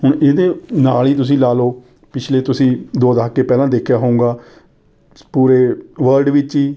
ਹੁਣ ਇਹਦੇ ਨਾਲ ਹੀ ਤੁਸੀਂ ਲਾ ਲਓ ਪਿਛਲੇ ਤੁਸੀਂ ਦੋ ਦਹਾਕੇ ਪਹਿਲਾਂ ਦੇਖਿਆ ਹੋਊਂਗਾ ਪੂਰੇ ਵਰਲਡ ਵਿੱਚ ਹੀ